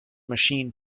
machine